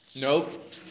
Nope